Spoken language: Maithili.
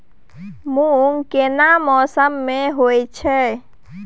मूंग केना मौसम में होय छै?